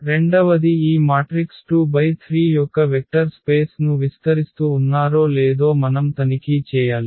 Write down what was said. రెండవది ఈ మాట్రిక్స్ 2×3 యొక్క వెక్టర్ స్పేస్ ను విస్తరిస్తు ఉన్నారో లేదో మనం తనిఖీ చేయాలి